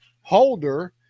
holder